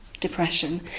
depression